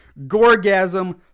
Gorgasm